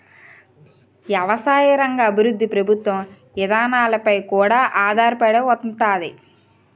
ఎవసాయ రంగ అభివృద్ధి ప్రభుత్వ ఇదానాలపై కూడా ఆధారపడి ఉంతాది